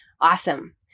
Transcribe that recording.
awesome